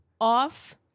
off